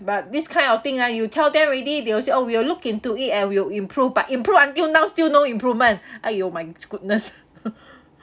but this kind of thing ah you tell them already they will say oh we will look into it and we'll improve but improve until now still no improvement !aiyo! my goodness